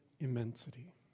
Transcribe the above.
immensity